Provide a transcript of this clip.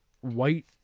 white